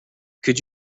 could